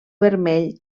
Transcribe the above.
vermell